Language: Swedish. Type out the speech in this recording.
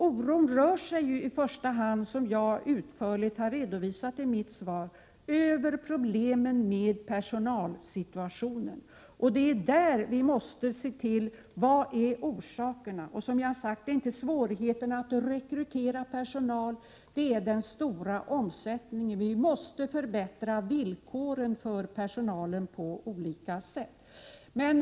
Oron rör sig i första hand, som jag utförligt har redovisat i mitt svar, kring problemen med personalsituationen. Det är där som vi måste fråga oss: Vilka är orsakerna? Som jag har sagt gäller svårigheterna inte rekryteringen av personal, utan den stora omsättningen. Personalens villkor måste förbättras på olika sätt.